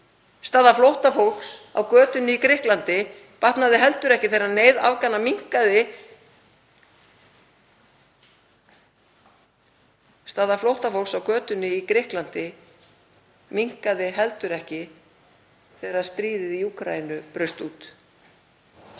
Staða flóttafólks á götunni í Grikklandi batnaði heldur ekki þegar neyð Afgana minnkaði. Staða flóttafólks á götunni í Grikklandi minnkaði heldur ekki þegar stríðið í Úkraínu braust út.